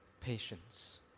Patience